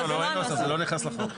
לא, זה לא נכנס לחוק.